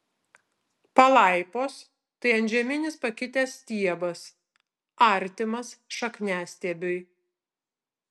palaipos tai antžeminis pakitęs stiebas artimas šakniastiebiui